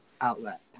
outlet